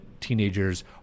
teenagers